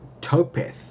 Topeth